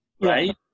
right